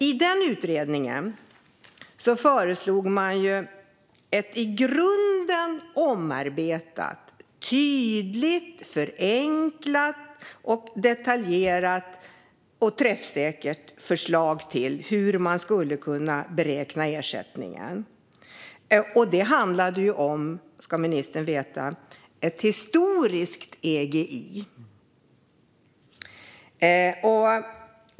I denna utredning föreslogs ett i grunden omarbetat, tydligt, förenklat, detaljerat och träffsäkert förslag till hur ersättningen skulle kunna beräknas. Det handlade, ska ministern veta, om historisk EGI.